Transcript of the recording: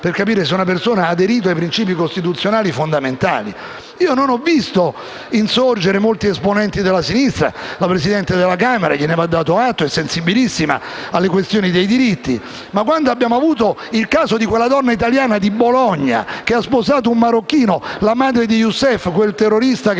per capire se una persona ha aderito ai principi costituzionali fondamentali. Non ho visto insorgere molti esponenti della sinistra. La Presidente della Camera - gliene va dato atto - è sensibilissima alle questioni dei diritti, ma quando abbiamo avuto il caso di quella donna italiana di Bologna, che ha sposato un marocchino (la madre di Youssef, il terrorista che